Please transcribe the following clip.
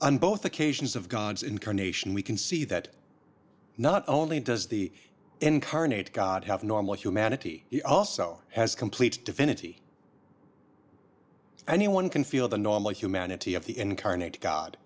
and both occasions of god's incarnation we can see that not only does the incarnate god have normal humanity he also has complete divinity anyone can feel the normal humanity of